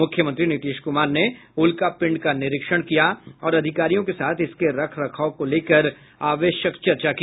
मुख्यमंत्री नीतीश कुमार ने उल्कापिंड का निरीक्षण किया और अधिकारियों के साथ इसके रख रखाव को लेकर आवश्यक चर्चा की